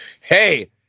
hey